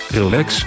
relax